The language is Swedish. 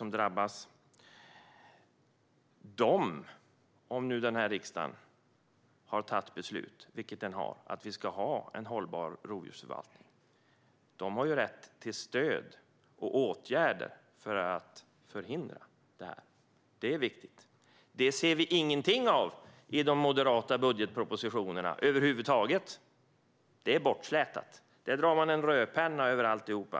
Eftersom riksdagen har beslutat att vi ska ha en hållbar rovdjursförvaltning har näringsidkarna rätt till stöd och åtgärder för att förhindra skador. Det är viktigt, men det ser vi inget av i den moderata budgetmotionen. Det är överstruket; där har man dragit en rödpenna över alltihop.